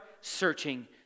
searching